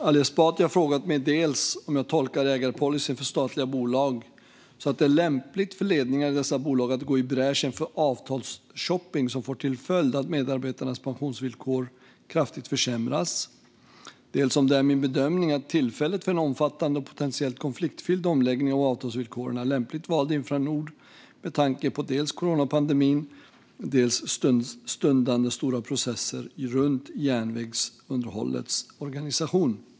Ali Esbati har frågat mig dels om jag tolkar ägarpolicyn för statliga bolag så att det är lämpligt för ledningar i dessa bolag att gå i bräschen för avtalsshopping som får till följd att medarbetarnas pensionsvillkor kraftigt försämras, dels om det är min bedömning att tillfället för en omfattande och potentiellt konfliktfylld omläggning av avtalsvillkoren är lämpligt valt i Infranord med tanke på dels coronapandemin, dels stundande stora processer runt järnvägsunderhållets organisation.